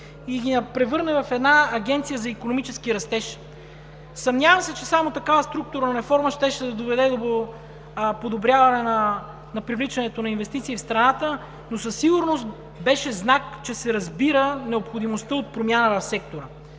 и ги превърне в една Агенция за икономически растеж. Съмнявам се, че само такава структурна реформа щеше да доведе до подобряване на привличането на инвестиции в страната, но със сигурност беше знак, че се разбира необходимостта от промяна на сектора.